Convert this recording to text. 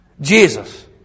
Jesus